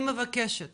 אני מבקשת